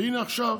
והינה, עכשיו,